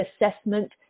assessment